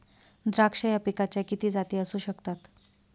द्राक्ष या पिकाच्या किती जाती असू शकतात?